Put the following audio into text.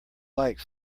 like